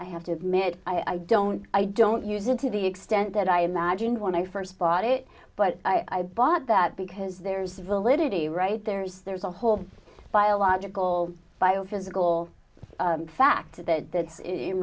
i have to admit i don't i don't use it to the extent that i imagined when i first bought it but i bought that because there's validity right there is there's a whole biological biophysical factor that